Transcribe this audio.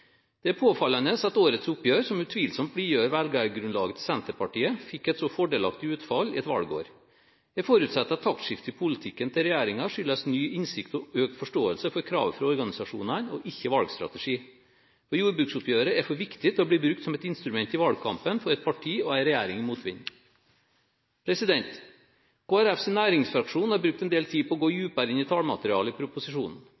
Det er påfallende at årets oppgjør, som utvilsomt blidgjør velgergrunnlaget til Senterpartiet, fikk et så fordelaktig utfall i et valgår. Jeg forutsetter at taktskiftet i politikken til regjeringen skyldes ny innsikt og økt forståelse for kravet fra organisasjonene, og ikke valgstrategi, for jordbruksoppgjøret er for viktig til å bli brukt som et instrument i valgkampen for et parti og en regjering i motvind. Kristelig Folkepartis næringsfraksjon har brukt en del tid på å gå